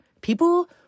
People